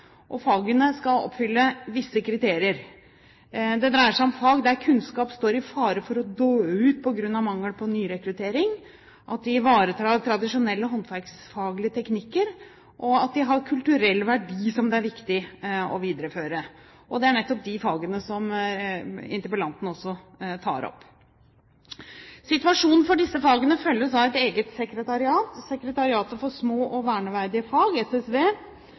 Fagene skal oppfylle visse kriterier. Det dreier seg om fag der kunnskap står i fare for å dø ut på grunn av mangel på nyrekruttering, at de ivaretar tradisjonelle håndverksfaglige teknikker, og at de har kulturell verdi som det er viktig å videreføre. Det er nettopp de fagene som interpellanten også tar opp. Situasjonen for disse fagene følges av et eget sekretariat, Sekretariatet for små og verneverdige fag, SSV.